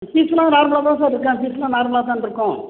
ஃபீஸ்லாம் நார்மலாக தான் சார் இருக்கும் ஃபீஸ்லாம் நார்மலாக தானே இருக்கும்